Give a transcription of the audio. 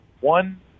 one